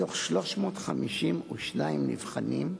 מתוך 352 נבחנים,